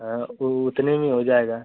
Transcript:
हाँ ऊ उतने में हो जाएगा